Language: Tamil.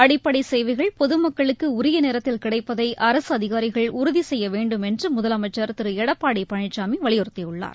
அடிப்படை சேவைகள் பொதுமக்களுக்கு உரிய நேரத்தில் கிடைப்பதை அரசு அதிகாரிகள் உறுதி செய்ய வேண்டும் என்று முதலமைச்சர் திரு எடப்பாடி பழனிசாமி வலியுறுத்தியுள்ளார்